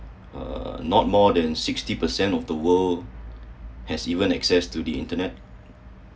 uh not more than sixty percent of the world has even access to the internet